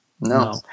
No